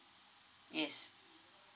yes